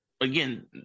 again